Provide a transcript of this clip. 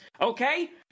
okay